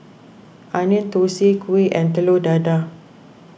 Onion Thosai Kuih and Telur Dadah